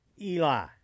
Eli